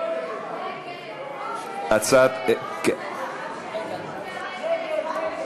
התחלתם בהצבעה שמית.